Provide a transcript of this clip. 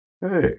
hey